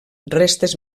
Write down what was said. restes